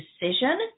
decision